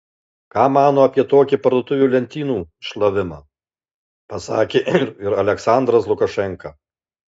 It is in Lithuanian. ką mano apie tokį parduotuvių lentynų šlavimą pasakė ir aliaksandras lukašenka